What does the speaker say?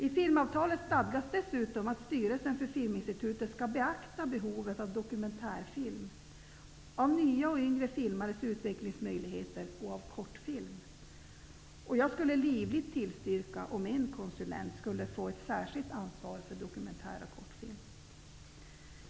I filmavtalet stadgas att styrelsen för Filminstitutet skall beakta behovet av dokumentärfilm, av nya och yngre filmares utvecklingsmöjligheter och av kortfilm. Jag tillstyrker livligt att en konsulent skall få ett särskilt ansvar för dokumentär och kortfilm.